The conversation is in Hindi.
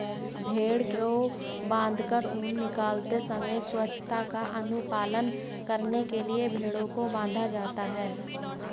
भेंड़ को बाँधकर ऊन निकालते समय स्वच्छता का अनुपालन करने के लिए भेंड़ों को बाँधा जाता है